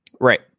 Right